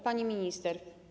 Pani Minister!